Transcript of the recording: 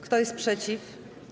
Kto jest przeciw?